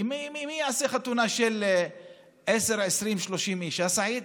כי מי יעשה חתונה של עשרה, 20, 30 איש, הא, סעיד?